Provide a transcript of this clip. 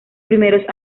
primeros